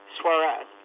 Suarez